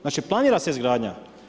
Znači planira se izgradnja.